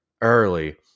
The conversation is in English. early